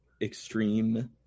extreme